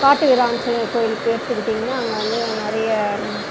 காட்டு வீர் ஆஞ்சநேயர் கோயில் எடுத்துக்கிட்டிங்கன்னா அங்கே வந்து நிறைய